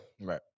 Right